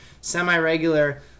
semi-regular